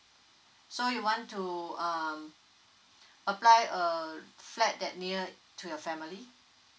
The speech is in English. so you want to um apply err flat that near to your family